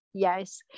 Yes